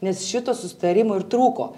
nes šito susitarimo ir trūko